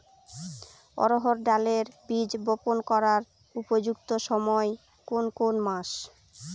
অড়হড় ডালের বীজ বপন করার উপযুক্ত সময় কোন কোন মাস?